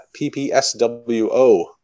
PPSWO